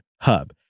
hub